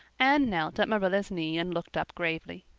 anne knelt at marilla's knee and looked up gravely.